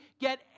get